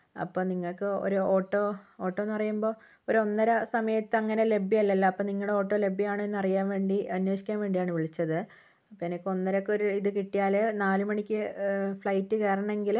അപ്പോൾ നിങ്ങൾക്ക് ഒരു ഓട്ടോ ഓട്ടോയെന്നു പറയുമ്പോൾ ഒരു ഒന്നര സമയത്ത് അങ്ങനെ ലഭ്യമല്ലല്ലോ അപ്പോൾ നിങ്ങളുടെ ഓട്ടോ ലഭ്യമാണോ എന്നറിയാൻ വേണ്ടി അന്വേഷിക്കാൻ വേണ്ടിയാണ് വിളിച്ചത് അപ്പോൾ എനിക്ക് ഒന്നരക്ക് ഒര് ഇത് കിട്ടിയാൽ നാലുമണിക്ക് ഫ്ലൈറ്റ് കയറണമെങ്കിൽ